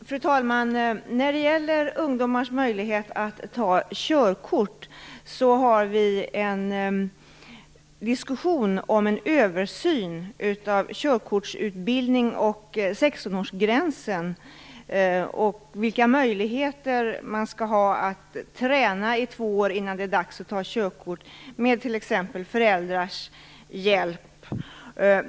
Fru talman! När det gäller ungdomars möjlighet att ta körkort har vi en diskussion om en översyn av körkortsutbildning och 16-årsgränsen och om vilka möjligheter man skall ha att träna i två år innan det är dags att ta körkort med t.ex. föräldrars hjälp.